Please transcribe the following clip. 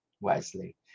wisely